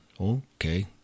Okay